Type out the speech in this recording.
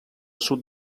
sud